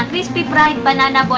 um crispy fried banana